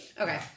Okay